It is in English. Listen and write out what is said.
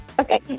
okay